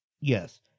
yes